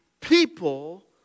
people